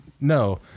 no